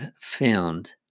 found